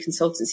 consultancy